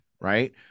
right